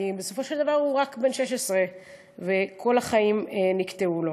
כי בסופו של דבר הוא היה רק בן 16 והחיים שלו נקטעו.